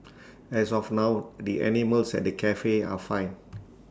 as of now the animals at the Cafe are fine